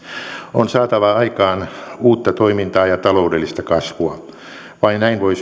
on saatava aikaan uutta toimintaa ja taloudellista kasvua vain näin voi